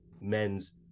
men's